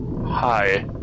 Hi